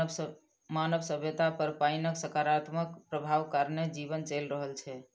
मानव सभ्यता पर पाइनक सकारात्मक प्रभाव कारणेँ जीवन चलि रहल छै